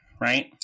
Right